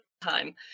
time